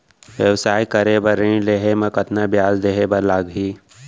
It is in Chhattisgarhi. व्यवसाय करे बर ऋण लेहे म कतना ब्याज देहे बर लागही?